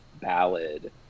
ballad